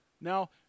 Now